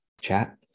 chat